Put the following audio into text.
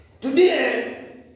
Today